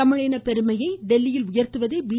தமிழினப் பெருமையை டெல்லியில் உயர்த்துவதே பி